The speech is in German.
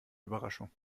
überraschung